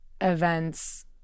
events